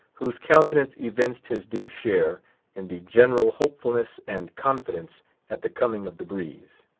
whose countenance evinced his due share in the general hopefulness and confidence at the coming of the breeze.